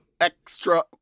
extra